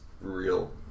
real